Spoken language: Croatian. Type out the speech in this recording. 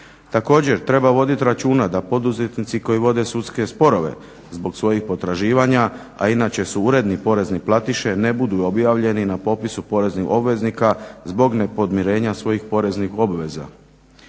Također treba vodit računa da poduzetnici koji vode sudske sporove zbog svojih potraživanja, a inače su uredni porezni platiše ne budu objavljeni na popisu poreznih obveznika zbog nepodmirenja svoji poreznih obaveza.